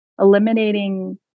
eliminating